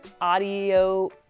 audio